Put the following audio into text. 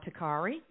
Takari